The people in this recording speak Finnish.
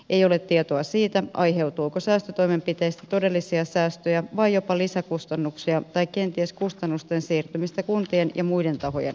ei ole tietoa siitä aiheutuuko säästötoimenpiteistä todellisia säästöjä vai jopa lisäkustannuksia tai kenties kustannusten siirtymistä kuntien ja muiden tahojen harteille